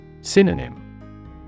Synonym